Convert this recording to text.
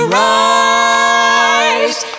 rise